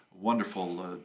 wonderful